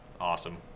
awesome